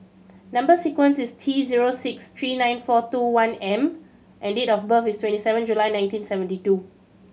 number sequence is T zero six three nine four two one M and date of birth is twenty seven July nineteen seventy two